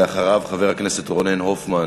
אחריו, חבר הכנסת רונן הופמן